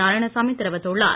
நாராயணசாமி தெரிவித்துள்ளார்